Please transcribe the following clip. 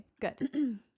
good